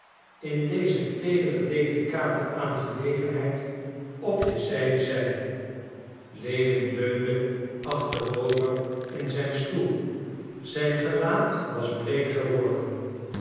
in deze teedere delicate aangelegenheid op je zijde zijn lewin leunde achterover in zijn stoel zijn gelaat was bleek geworden